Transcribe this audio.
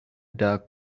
doug